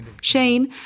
Shane